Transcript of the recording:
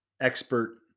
expert